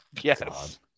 Yes